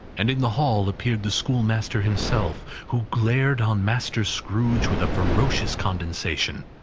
and in the hall appeared the schoolmaster himself, who glared on master scrooge with a ferocious condescension,